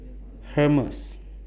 Hermes